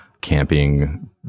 camping